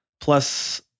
plus